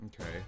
Okay